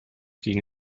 gegen